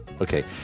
Okay